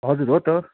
हजुर हो त